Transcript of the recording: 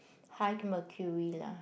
high mercury lah